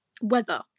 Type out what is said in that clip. weather